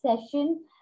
session